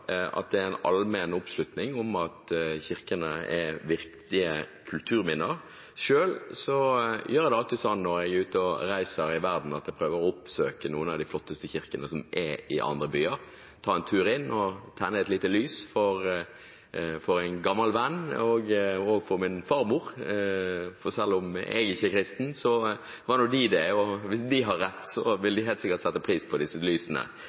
at det er en allmenn oppslutning om at kirkene er viktige kulturminner. Selv gjør jeg det alltid sånn når jeg er ute og reiser i verden, at jeg prøver å oppsøke noen av de flotteste kirkene som er i andre byer, ta en tur inn og tenne et lite lys for en gammel venn og for min farmor. Selv om jeg ikke er kristen, var nå de det – og hvis de har rett, vil de helt sikkert sette pris på disse lysene.